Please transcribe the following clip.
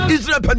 Israel